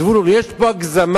זבולון, יש פה הגזמה,